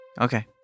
Okay